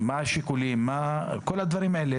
מה השיקולים וכל הדברים האלה.